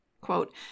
Quote